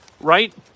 right